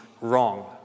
wrong